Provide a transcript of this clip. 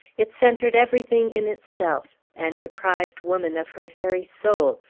it centred everything in itself, and deprived woman of her very soul,